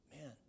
Man